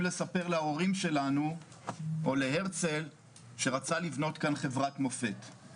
לספר להורים שלנו או להרצל כשרצה לבנות כאן חברת מופת.